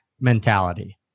mentality